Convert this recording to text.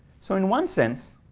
so in one sense,